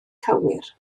cywir